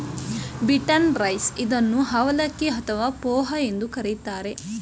beaten rice ಇದನ್ನು ಅವಲಕ್ಕಿ ಅಥವಾ ಪೋಹ ಎಂದು ಕರಿತಾರೆ